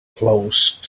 close